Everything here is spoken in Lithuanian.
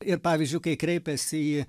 ir pavyzdžiui kai kreipiasi į